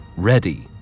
ready